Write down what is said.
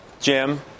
Jim